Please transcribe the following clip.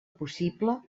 possible